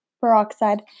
peroxide